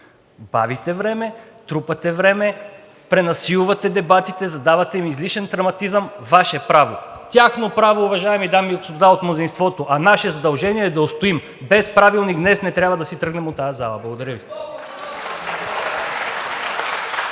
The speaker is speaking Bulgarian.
бавите време, трупате време, пренасилвате дебатите, задавате им излишен драматизъм, Ваше право е. Тяхно право е, уважаеми дами и господа от мнозинството, а наше задължение е да устоим. Без Правилник днес не трябва да си тръгнем от тази зала. Благодаря Ви.